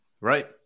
Right